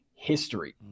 history